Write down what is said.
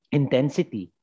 intensity